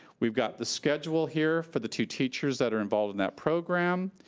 we've got the schedule here for the two teachers that are involved in that program.